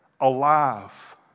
alive